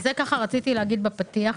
אלכס,